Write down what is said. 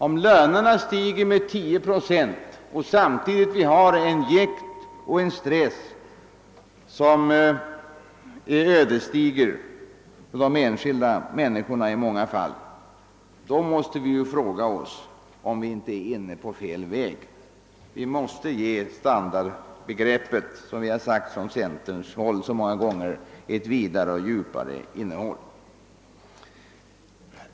Om lönerna stiger med 10 procent och vi samtidigt har ett jäkt och en stress som i många fall är ödesdigra för de enskilda människorna, måste vi fråga oss huruvida vi inte är inne på fel väg. Som vi så många gånger tidigare sagt från centerhåll, måste vi ge standardbegreppet ett vidare och djupare innehåll.